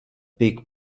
pick